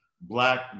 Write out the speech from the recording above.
black